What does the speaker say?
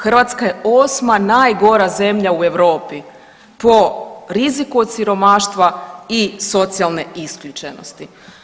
Hrvatska je 8. najgora zemlja u Europi po riziku od siromaštva i socijalne isključenosti.